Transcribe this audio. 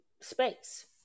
space